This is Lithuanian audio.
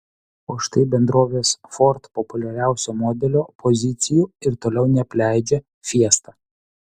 o štai bendrovės ford populiariausio modelio pozicijų ir toliau neapleidžia fiesta